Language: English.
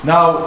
Now